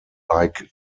like